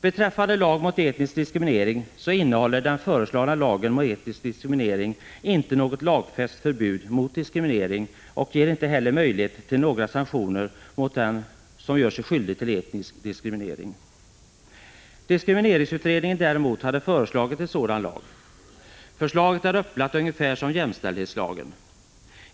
Den föreslagna lagen mot etnisk diskriminering innehåller inte något lagfäst förbud mot diskriminering och ger inte heller möjligheter till några sanktioner mot den som gör sig skyldig till etnisk diskriminering. Diskrimineringsutredningen hade däremot föreslagit en sådan lag. Förslaget är upplagt ungefär som jämställdhetslagen.